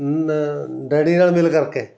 daddy ਨਾਲ ਮਿਲ ਕਰਕੇ